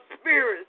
spirits